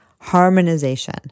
harmonization